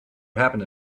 happened